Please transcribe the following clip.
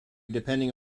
depending